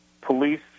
police